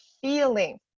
feeling